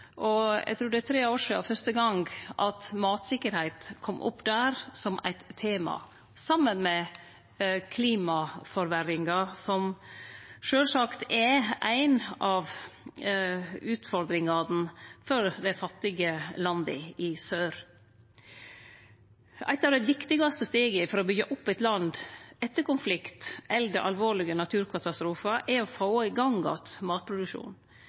og eg trur det er tre år sidan fyrste gong at mattryggleik kom opp der som eit tema saman med klimaforverringar, som sjølvsagt er ei av utfordringane for dei fattige landa i sør. Eit av dei viktigaste stega for å byggje opp eit land etter konflikt eller alvorlege naturkatastrofar er å få i